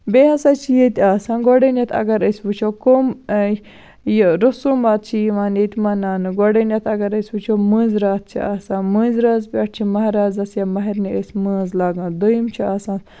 بیٚیہِ ہسا چھِ ییٚتہِ آسان گۄڈٕنیتھ اَگر أسۍ وٕچھو کوٚم یہِ روسوٗماتھ چھِ یِوان ییٚتہِ مَناونہٕ گۄڈٕنیتھ اَگر أسۍ وٕچھو مٲنزۍ راتھ چھِ آسان مٲنزۍ رٲژ پٮ۪ٹھ چھِ مَہرازَس یا مَہرنہِ أسۍ مٲنز لاگان دوٚیِم چھُ آسان